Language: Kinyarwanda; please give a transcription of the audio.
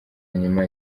nyuma